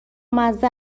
مزه